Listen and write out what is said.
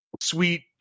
sweet